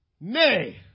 Nay